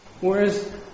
Whereas